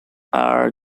are